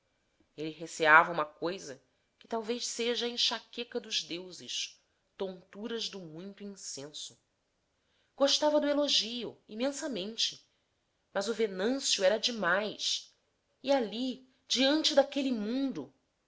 enjôo ele receava uma coisa que talvez seja a enxaqueca dos deuses tonturas do muito incenso gostava do elogio imensamente mas o venâncio era demais e ali diante daquele mundo